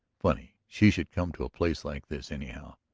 funny she should come to a place like this, anyhow.